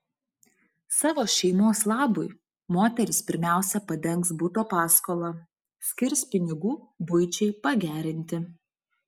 savo šeimos labui moteris pirmiausia padengs buto paskolą skirs pinigų buičiai pagerinti